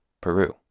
Peru